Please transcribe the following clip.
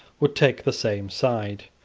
would take the same side.